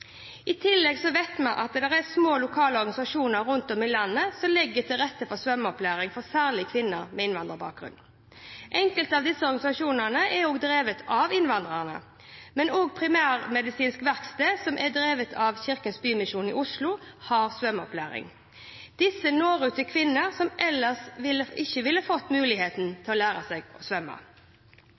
I tillegg vet vi at det er små lokale organisasjoner rundt om i landet som legger til rette for svømmeopplæring for særlig kvinner med innvandrerbakgrunn. Enkelte av disse organisasjonene er drevet av innvandrere, men også Primærmedisinsk Verksted som er drevet av Kirkens Bymisjon i Oslo, har svømmeundervisning. Disse når ut til kvinner som ellers ikke ville fått mulighet til å lære seg å svømme.